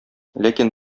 ләкин